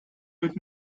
wird